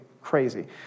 crazy